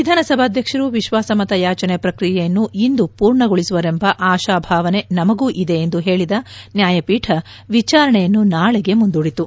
ವಿಧಾನಸಭಾಧ್ಯಕ್ಷರು ವಿಶ್ವಾಸಮತ ಯಾಚನೆ ಪ್ರಕ್ರಿಯೆಯನ್ನು ಇಂದು ಪೂರ್ಣಗೊಳಿಸುವರೆಂಬ ಆಶಾಭಾವನೆ ನಮಗೂ ಇದೆ ಎಂದು ಹೇಳಿದ ನ್ಯಾಯಪೀಠ ವಿಚಾರಣೆಯನ್ನು ನಾಳೆಗೆ ಮುಂದೂಡಿತು